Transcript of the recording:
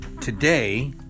Today